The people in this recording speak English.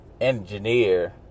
engineer